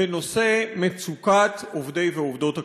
בנושא מצוקת עובדי ועובדות הקבלן.